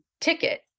ticket